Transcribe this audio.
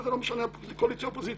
וזה לא משנה קואליציה או אופוזיציה.